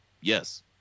yes